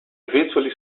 eventually